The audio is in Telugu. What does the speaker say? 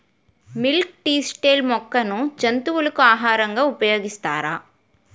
మిల్క్ తిస్టిల్ మొక్కను జంతువులకు ఆహారంగా ఉపయోగిస్తారా?